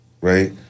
right